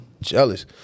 jealous